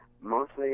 Mostly